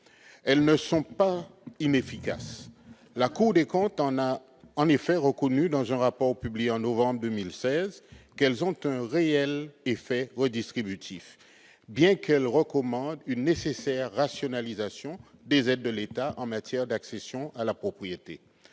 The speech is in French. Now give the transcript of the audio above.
aides ne sont pas inefficaces. La Cour des comptes leur en a en effet reconnu, dans un rapport publié en novembre 2016, un réel effet redistributif, bien qu'elle recommande une nécessaire rationalisation des aides de l'État en matière d'accession à la propriété.